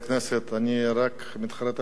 אני רק מתחרט על דבר אחד,